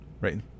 right